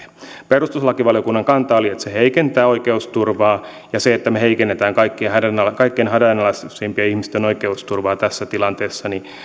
perustuslakivaliokunnan kanta oli että se heikentää oikeusturvaa ja se että me heikennämme kaikkein hädänalaisimpien ihmisten oikeusturvaa tässä tilanteessa